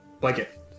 blanket